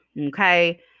Okay